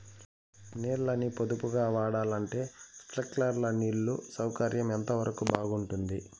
నీళ్ళ ని పొదుపుగా వాడాలంటే స్ప్రింక్లర్లు నీళ్లు సౌకర్యం ఎంతవరకు బాగుంటుంది?